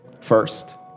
first